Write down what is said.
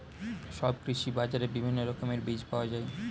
সব কৃষি বাজারে বিভিন্ন রকমের বীজ পাওয়া যায়